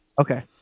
Okay